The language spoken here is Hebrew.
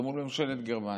זה מול ממשלת גרמניה.